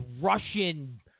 Russian